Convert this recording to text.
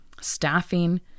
staffing